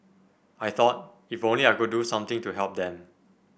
I thought if only I could do something to help them